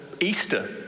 Easter